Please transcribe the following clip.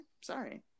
Sorry